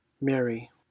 Mary